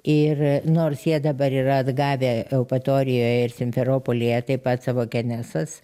ir nors jie dabar yra atgavę eupatorijoj ir simferopolyje taip pat savo kenesas